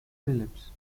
phillips